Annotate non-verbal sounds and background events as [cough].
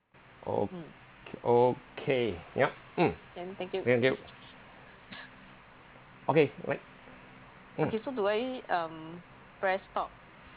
okay okay yup mm thank you okay let [noise]